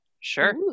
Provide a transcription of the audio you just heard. Sure